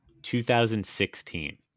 2016